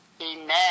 Amen